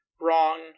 wrong